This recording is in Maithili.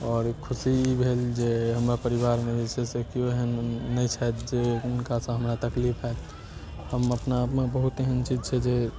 आओर खुशी ई भेल जे हमरा परिवारमे जे छै से केओ एहन नहि छथि जे जिनकासँ हमरा तकलीफ हैत हम अपनामे बहुत एहन चीज छै जे